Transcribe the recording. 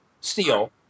steel